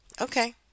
Okay